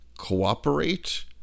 cooperate